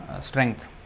strength